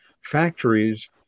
factories